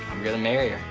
gonna marry her.